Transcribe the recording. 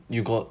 you got